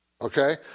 Okay